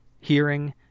hearing